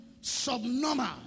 subnormal